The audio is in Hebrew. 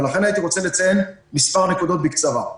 לכן הייתי רוצה לציין מספר נקודות בקצרה.